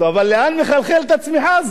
אבל לאן מחלחלת הצמיחה הזאת,